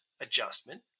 adjustment